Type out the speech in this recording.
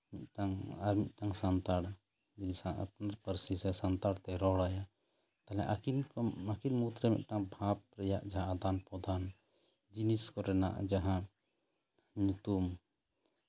ᱢᱤᱫᱴᱟᱱ ᱟᱨᱢᱤᱫᱴᱟᱱ ᱥᱟᱱᱛᱟᱲ ᱟᱯᱱᱟᱨ ᱯᱟᱹᱨᱥᱤ ᱥᱮ ᱥᱟᱱᱛᱟᱲ ᱛᱮ ᱨᱚᱲ ᱟᱭᱟ ᱛᱟᱦᱞᱮ ᱟᱹᱠᱤᱱ ᱢᱩᱫᱽᱨᱮ ᱡᱟᱦᱟᱸ ᱵᱷᱟᱵ ᱨᱮᱭᱟᱜ ᱟᱫᱟᱱ ᱯᱨᱚᱫᱟᱱ ᱡᱤᱱᱤᱥ ᱠᱚᱨᱮᱱᱟᱜ ᱡᱟᱦᱟᱸ ᱧᱩᱛᱩᱢ